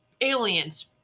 aliens